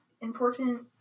important